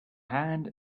hand